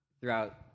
throughout